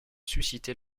suscité